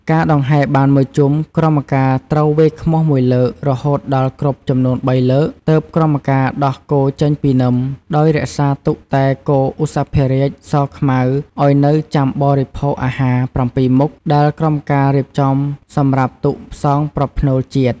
ការដង្ហែរបានមួយជុំ ក្រមការត្រូវវាយឃ្មោះមួយលើក រហូតដល់គ្រប់ចំនួនជុំបីលើក ទើបក្រមការ ដោះគោចេញពីនឹម ដោយរក្សាទុកតែគោ ឧសភរាជ សខ្មៅ ឱ្យនៅចាំបរិភោគអាហារ ៧មុខ ដែលក្រមការរៀបចំសម្រាប់ទុកផ្សងប្រផ្នូលជាតិ។